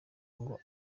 ngo